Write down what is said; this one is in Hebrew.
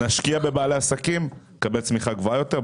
נשקיע בבעלי עסקים, נקבל צמיחה גבוהה יותר.